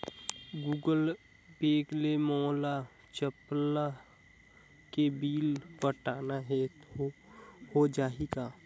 Google Pay ले मोल चपला के बिल पटाना हे, हो जाही का?